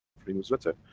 free newsletter,